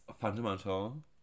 fundamental